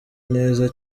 neza